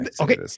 okay